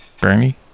Bernie